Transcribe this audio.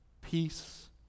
peace